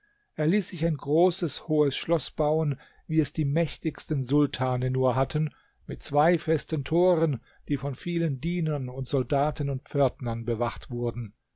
er ließ sich ein großes hohes schloß bauen wie es die mächtigsten sultane nur hatten mit zwei festen toren die von vielen dienern und soldaten und pförtnern bewacht wurden